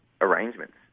arrangements